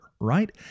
right